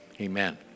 amen